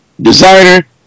Designer